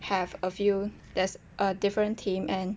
have a few there's a different team and